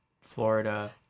florida